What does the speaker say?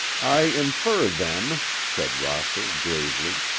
i infer, then, said rosser, gravely,